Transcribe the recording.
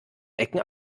ecken